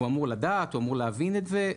הוא אמור לדעת, הוא אמור להבין את זה?